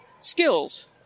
skills